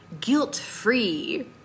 guilt-free